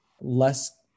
less